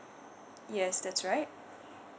yes that's right